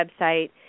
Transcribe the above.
website